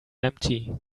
empty